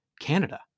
Canada